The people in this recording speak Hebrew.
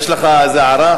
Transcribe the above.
יש לך איזה הערה,